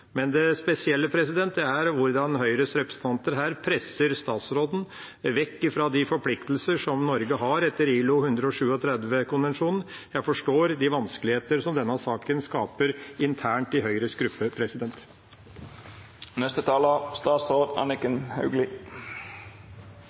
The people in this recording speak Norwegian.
Det spesielle er hvordan Høyres representanter her presser statsråden vekk fra forpliktelsene Norge har etter ILO-konvensjon 137. Jeg forstår de vanskeligheter denne saken skaper internt i Høyres gruppe.